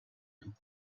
nią